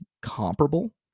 comparable